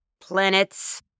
planets